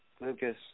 Lucas